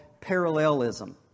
parallelism